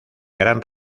gran